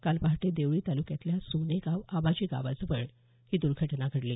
काल पहाटे देवळी तालुक्यातल्या सोनेगाव आबाजी गावाजवळ ही दुर्घटना घडली